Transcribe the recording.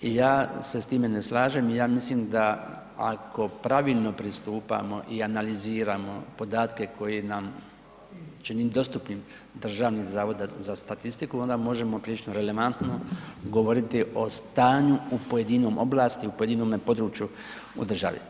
Ja se sa time ne slažem i ja mislim da ako pravilno pristupamo i analiziramo podatke koji nam čini dostupnim Državni zavod za statistiku onda možemo prilično relevantno govoriti o stanju u pojedinom, ... u pojedinome području u državi.